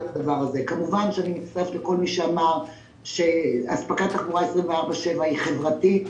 כמובן שאני מצטרפת לכל מי שאמר שאספקת תחבורה 24/7 היא חברתית,